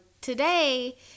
today